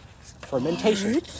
Fermentation